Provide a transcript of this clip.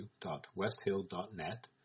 www.westhill.net